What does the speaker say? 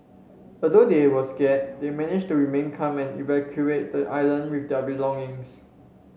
although they were scared they managed to remain calm and evacuate the island with their belongings